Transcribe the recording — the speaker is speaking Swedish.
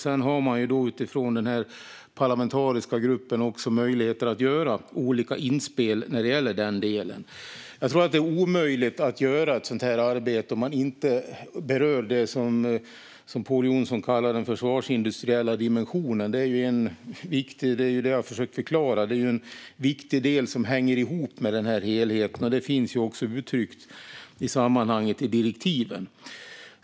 Sedan har man utifrån den parlamentariska gruppen också möjligheter att göra olika inspel i detta. Jag tror att det är omöjligt att göra ett sådant här arbete utan att beröra det som Pål Jonson kallar den försvarsindustriella dimensionen. Det är ju, som jag har försökt förklara, en viktig del som hänger ihop med helheten, och det finns också uttryckt i direktiven.